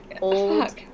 old